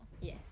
Yes